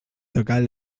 tocat